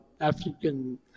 African